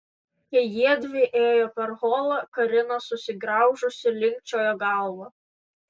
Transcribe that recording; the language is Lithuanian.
kai jiedvi ėjo per holą karina susigraužusi linkčiojo galvą